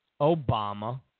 Obama